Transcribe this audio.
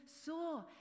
saw